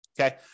Okay